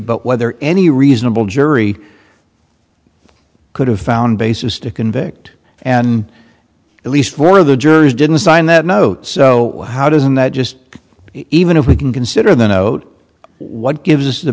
but whether any reasonable jury could have found basis to convict and at least for the jury's didn't sign that note so how does and that just even if we can consider the note what gives us the